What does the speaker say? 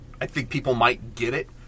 I-think-people-might-get-it